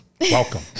Welcome